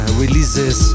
releases